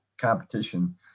competition